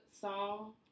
song